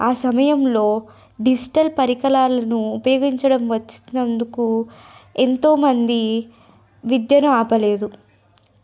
ఆ సమయంలో డిజిటల్ పరికరాలను ఉపయోగించడం వచ్చినందుకు ఎంతో మంది విద్యను ఆపలేదు